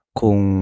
kung